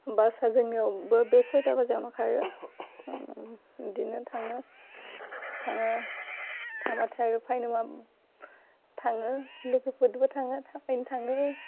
बासा जोंनियावबो बे सयथा बाजियावनो खारो ओम बिदिनो थाङो थाङो थांबाथाय फाइनो बा थाङो लोगोफोरबो थाङो थाबायनो थाङो